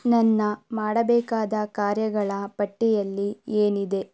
ನನ್ನ ಮಾಡಬೇಕಾದ ಕಾರ್ಯಗಳ ಪಟ್ಟಿಯಲ್ಲಿ ಏನಿದೆ